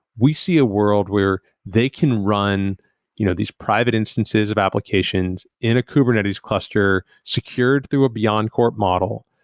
we see a world where they can run you know these private instances of applications in a kubernetes cluster secured through beyondcorp model,